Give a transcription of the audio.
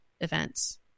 events